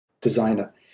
designer